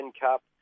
Cup